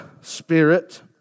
Spirit